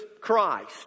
Christ